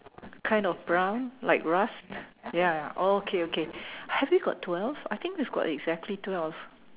kind of brown like rust ya ya okay okay have you got twelve I think that's got exactly two else